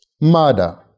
murder